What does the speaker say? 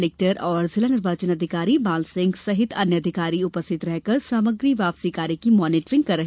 collector एवं जिला निर्वाचन अधिकारी माल सिंह सहित अन्य अधिकारी उपस्थित रहकर सामग्री वापसी कार्य की मानीटरिंग करते रहे